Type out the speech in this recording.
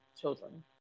children